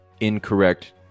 incorrect